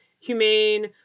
humane